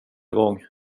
gång